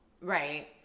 Right